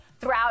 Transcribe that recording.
throughout